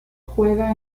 juega